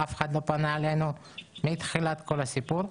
אף אחד לא פנה אלינו מתחילת הסיפור.